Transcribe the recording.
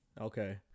Okay